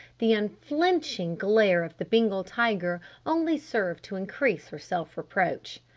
the unflinching glare of the bengal tiger only served to increase her self-reproach.